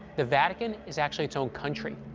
the vatican is actually its own country.